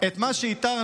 את מה שאיתרנו